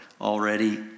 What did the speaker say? already